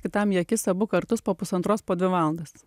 kitam į akis abu kartus po pusantros po dvi valandas